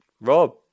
Rob